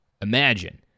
imagine